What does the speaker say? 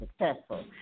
successful